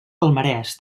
palmarès